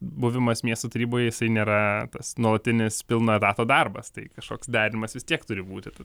buvimas miesto taryboje jisai nėra tas nuolatinis pilno etato darbas tai kažkoks derinimas vis tiek turi būti